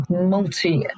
multi